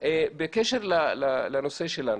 בקשר לנושא שלנו.